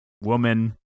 woman